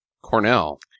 Cornell